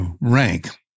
rank